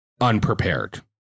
unprepared